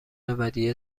ودیعه